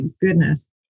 goodness